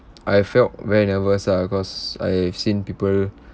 I felt very nervous ah because I've seen people